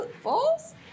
False